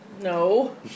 No